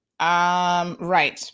Right